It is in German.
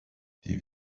die